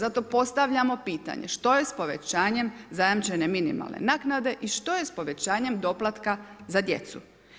Zato postavljamo pitanje što je s povećanjem zajamčene minimalne naknade i što je s povećanjem doplatka za djecu?